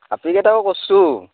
আপিকেইটাও কৰছোঁ